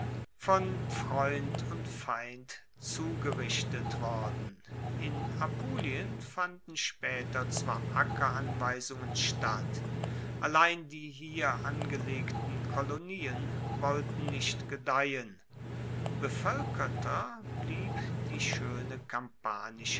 von freund und feind zugerichtet worden in apulien fanden spaeter zwar ackeranweisungen statt allein die hier angelegten kolonien wollten nicht gedeihen bevoelkerter blieb die schoene